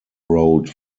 road